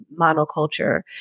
monoculture